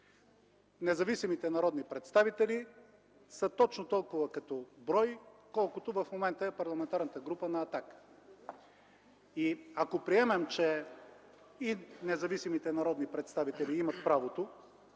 независимите народни представители са точно толкова като брой, колкото в момента е Парламентарната група на „Атака”. Ако приемем, че и независимите народни представители имат правото